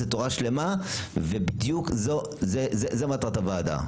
זו תורה שלמה ובדיוק זו מטרת הוועדה.